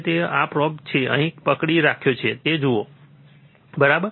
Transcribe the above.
તેથી તમે આ પ્રોબ જે અહીં પકડી રાખ્યા છે તે જુઓ આ પ્રોબ જુઓ બરાબર